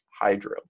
hydro